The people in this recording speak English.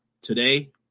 today